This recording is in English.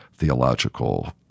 theological